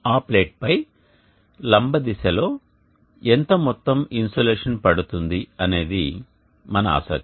ఆ ప్లేట్ పై లంబ దిశలో లో ఎంత మొత్తం ఇన్సోలేషన్ పడుతుంది అనేది మన ఆసక్తి